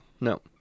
no